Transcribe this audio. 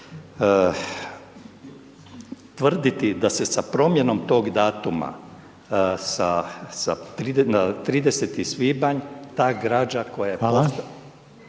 Hvala